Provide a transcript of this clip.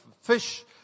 fish